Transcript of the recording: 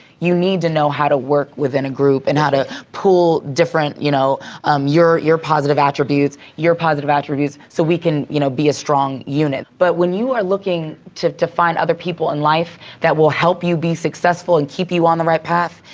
you need to know how to work within a group and how to pull different you know your your positive attributes, your positive attributes, so we can you know be a strong unit. but when you are looking to to find other people in life that will help you be successful and keep you on the right path,